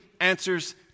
answers